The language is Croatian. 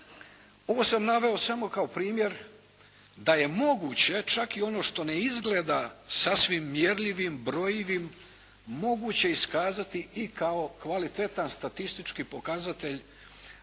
ovo sam naveo samo kao primjer da je moguće čak i ono što ne izgleda sasvim mjerljivim, brojivim, moguće je iskazati i kao kvalitetan statistički pokazatelj